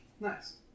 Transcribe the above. Nice